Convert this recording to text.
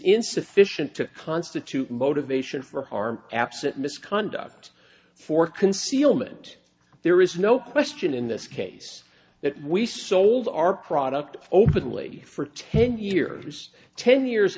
insufficient to constitute motivation for harm absent misconduct for concealment there is no question in this case that we sold our product openly for ten years ten years